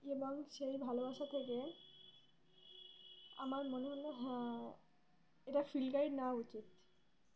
এবং সেই ভালোবাসা থেকে আমার মনে হল হ্যাঁ এটা ফিল্ড গাইড নেওয়া উচিত